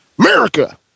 America